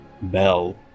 bell